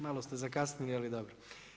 Malo ste zakasnili, ali dobro.